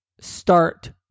Start